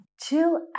Chill